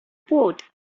port